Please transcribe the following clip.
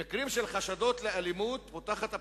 במקרים של חשדות לאלימות פותחת הפרקליטות,